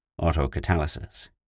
autocatalysis